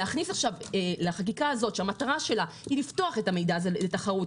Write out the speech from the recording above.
להכניס לחקיקה הזאת שהמטרה שלה היא לפתוח את המידע לתחרות,